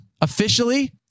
Officially